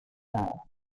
nada